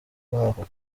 kibaho